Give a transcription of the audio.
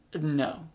no